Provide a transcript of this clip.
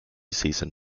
season